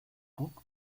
cook